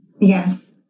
Yes